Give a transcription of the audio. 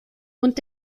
und